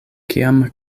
kiam